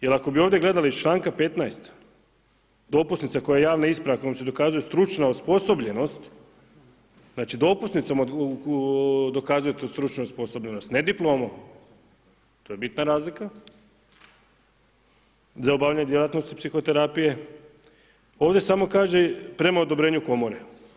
Jer ako bi ovdje gledali iz članka 15. dopusnica koja je javna isprava, kojom se dokazuje stručna osposobljenost, znači dopusnicom dokazujete stručnu osposobljenost, ne diplomom, to je bitna razlika za obavljanje djelatnosti psihoterapije, ovdje samo kaže prema odobrenju komore.